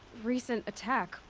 recent attack?